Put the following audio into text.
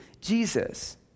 Jesus